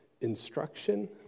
instruction